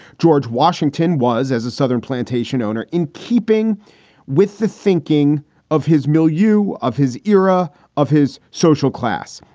george washington was as a southern plantation owner in keeping with the sinking of his mill, you of his era of his social class.